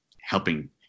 helping